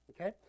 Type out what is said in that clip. okay